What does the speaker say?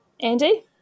Andy